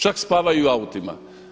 Čak spavaju i u autima.